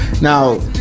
Now